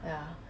ya